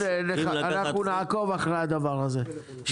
ואנחנו נעקוב אחרי הדבר הזה.